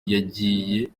yagiye